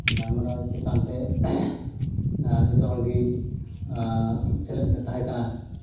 ᱜᱟᱞᱢᱟᱨᱟᱣ ᱪᱮᱛᱟᱱ ᱛᱮ ᱡᱚᱛᱚ ᱦᱚᱲ ᱜᱮ ᱥᱮᱞᱮᱫ ᱞᱮ ᱛᱟᱦᱮᱸᱠᱟᱱᱟ